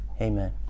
Amen